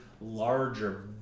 larger